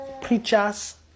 preachers